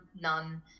none